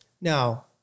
Now